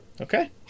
Okay